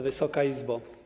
Wysoka Izbo!